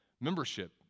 membership